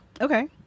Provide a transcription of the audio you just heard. Okay